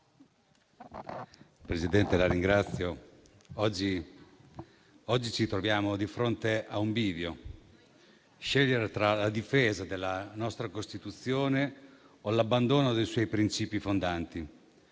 Presidente, oggi ci troviamo di fronte a un bivio: scegliere tra la difesa della nostra Costituzione o l'abbandono dei suoi princìpi fondanti.